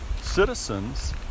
citizens